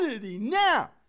Now